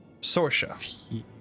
Sorsha